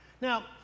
Now